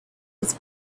was